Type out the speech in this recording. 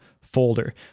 folder